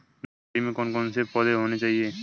Nursery में कौन कौन से पौधे होने चाहिए?